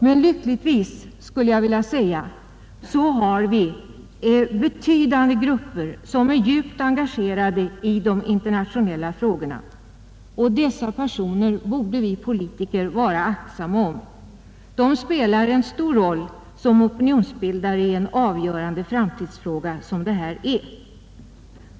Men lyckligtvis, skulle jag vilja säga, vet vi att betydande grupper är djupt engagerade i de internationella frågorna, och dessa personer borde vi politiker vara aktsamma om. De spelar en stor roll som opinionsbildare i en avgörande framtidsfråga som denna.